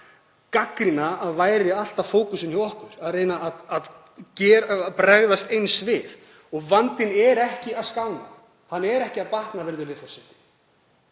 að gagnrýna að væri alltaf fókusinn hjá okkur, að reyna að bregðast eins við. Vandinn er ekki að skána. Hann er ekki að batna, virðulegi